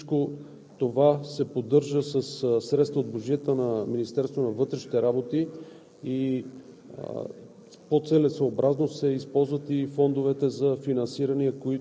различни атмосферни влияния. Всичко това се поддържа със средства от бюджета на Министерството на вътрешните работи.